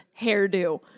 hairdo